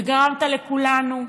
וגרמת לכולנו,